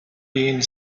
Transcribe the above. being